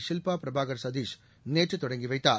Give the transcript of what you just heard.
ஷில்பா பிரபாகர் சதீஷ் நேற்று தொடங்கி வைத்தார்